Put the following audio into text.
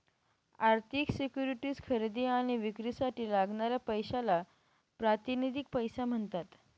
आर्थिक सिक्युरिटीज खरेदी आणि विक्रीसाठी लागणाऱ्या पैशाला प्रातिनिधिक पैसा म्हणतात